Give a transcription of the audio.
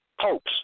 Popes